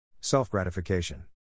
Self-gratification